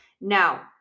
Now